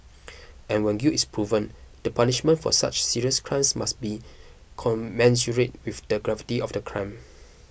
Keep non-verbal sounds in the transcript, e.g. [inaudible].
[noise] and when guilt is proven the punishment for such serious crimes must be [noise] commensurate with the gravity of the crime